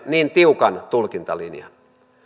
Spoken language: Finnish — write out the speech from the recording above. niin tiukan tulkintalinjan